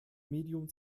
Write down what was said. medium